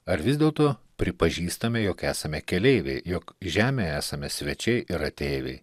ar vis dėlto pripažįstame jog esame keleiviai jog žemėje esame svečiai ir ateiviai